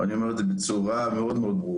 ואני אומר את זה בצורה מאוד ברורה.